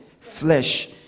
flesh